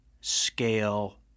scale